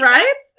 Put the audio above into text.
Right